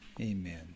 Amen